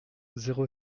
zéro